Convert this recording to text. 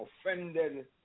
offended